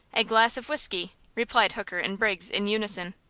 a glass of whiskey! replied hooker and briggs in unison.